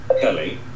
Kelly